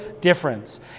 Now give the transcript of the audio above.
difference